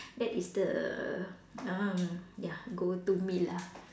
that is the um ya go to meal lah